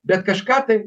bet kažką tai